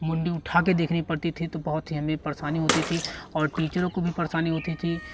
मुण्डी उठा के देखने पड़ती थी तो बहुत ही हमें परेशानी होती थी और टीचरों को भी परेशानी होती थी